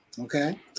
Okay